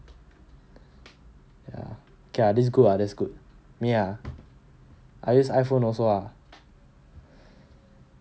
ya okay lah this good ah that's good ya I use iphone also lah